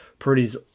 Purdy's